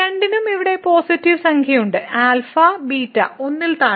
രണ്ടിനും ഇവിടെ പോസിറ്റീവ് സംഖ്യയുണ്ട് α β 1 ൽ താഴെ